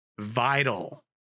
vital